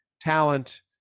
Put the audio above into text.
talent